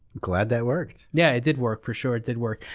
glad that worked. yeah, it did work, for sure. it did work.